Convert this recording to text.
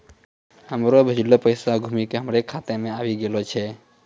हमरो भेजलो पैसा घुमि के हमरे खाता मे आबि गेलो छै